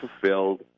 fulfilled